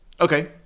Okay